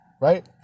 Right